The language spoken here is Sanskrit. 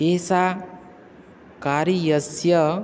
एषा कार्यस्य